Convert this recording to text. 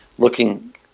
looking